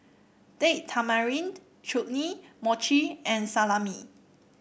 Date Tamarind Chutney Mochi and Salami